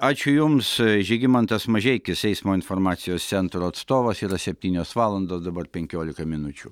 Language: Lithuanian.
ačiū jums žygimantas mažeikis eismo informacijos centro atstovas yra septynios valandos dabar penkiolika minučių